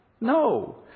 No